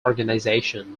organization